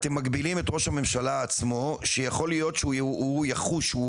אתם מגבילים את ראש הממשלה עצמו שיכול להיות שהוא יחוש שהוא